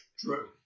True